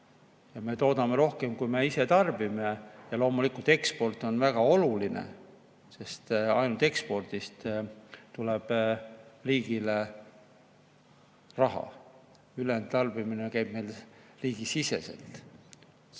Me toodame rohkem, kui me ise tarbime. Loomulikult, eksport on väga oluline, sest ainult ekspordist tuleb riigile raha. Ülejäänud tarbimine käib riigisiseselt.